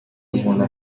umuntu